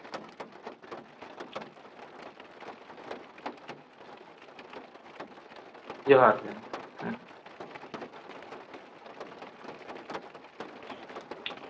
ᱡᱚᱦᱟᱨ ᱜᱮ ᱦᱩᱸ